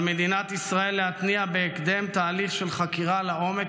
על מדינת ישראל להתניע בהקדם תהליך של חקירה לעומק